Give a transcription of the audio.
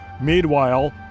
Meanwhile